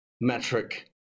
metric